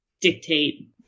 dictate